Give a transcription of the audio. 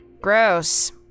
Gross